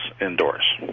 indoors